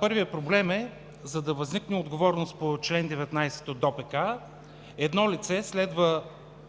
Първият проблем е, за да възникне отговорност по чл. 19 от ДОПК, едно лице – за него